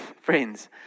friends